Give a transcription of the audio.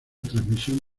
transmisión